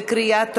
בקריאה טרומית.